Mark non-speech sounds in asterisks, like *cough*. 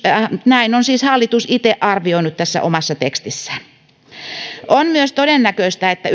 näin on siis hallitus itse arvioinut tässä omassa tekstissään on myös todennäköistä että *unintelligible*